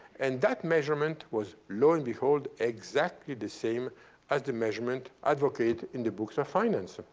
and that measurement was, lo and behold, exactly the same as the measurement advocate in the books of finance.